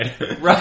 Right